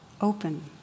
open